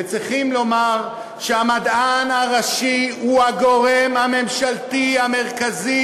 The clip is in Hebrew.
צריכים לומר שהמדען הראשי הוא הגורם הממשלתי המרכזי